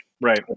Right